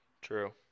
True